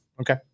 Okay